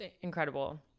incredible